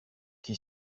qui